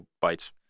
bites